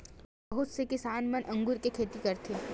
बहुत से किसान मन अगुर के खेती करथ